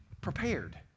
prepared